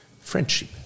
friendship